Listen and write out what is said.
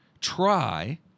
try